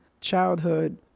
childhood